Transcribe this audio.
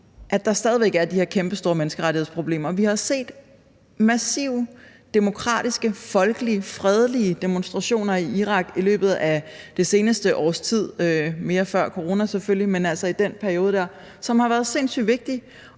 at der stadig væk er de her kæmpestore menneskerettighedsproblemer. Vi har set massive, demokratiske, folkelige, fredelige demonstrationer i Irak i løbet af det seneste års tid – mere før corona selvfølgelig, men altså i den periode – som har været sindssygt vigtige.